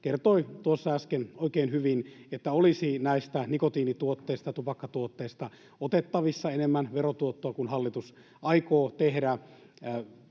kertoi tuossa äsken oikein hyvin, että olisi näistä nikotiinituotteista, tupakkatuotteista otettavissa enemmän verotuottoa kuin hallitus aikoo tehdä.